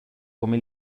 come